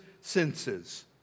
senses